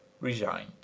resigned